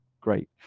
great